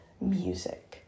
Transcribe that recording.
music